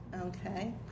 Okay